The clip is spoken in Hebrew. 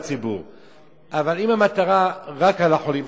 אבל אם המטרה רק על החולים,